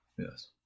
Yes